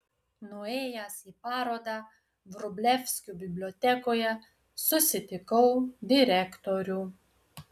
nuėjęs į parodą vrublevskių bibliotekoje susitikau direktorių